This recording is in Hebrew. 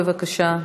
בבקשה,